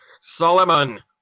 Solomon